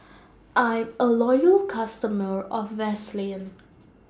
I'm A Loyal customer of Vaselin